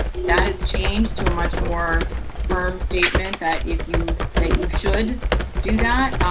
that has changed to a much more firm statement that if you that you should do that,